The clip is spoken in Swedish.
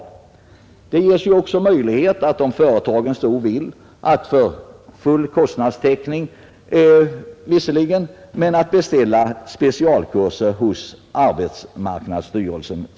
Företagen kan också om de så vill — visserligen mot full kostnadstäckning — beställa specialkurser hos arbetsmarknadsstyrelsen.